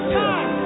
time